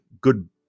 good